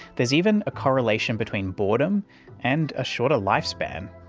there's even a correlation between boredom and a shorter lifespan.